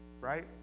right